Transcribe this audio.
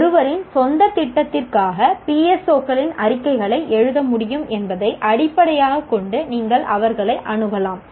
ஒருவரின் சொந்த திட்டத்திற்காக PSO களின் அறிக்கைகளை எழுத முடியும் என்பதை அடிப்படையாகக் கொண்டு நீங்கள் அவர்களை அணுகலாம்